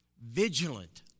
vigilant